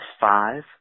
five